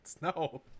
No